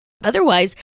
Otherwise